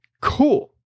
cool